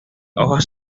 hojas